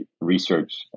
research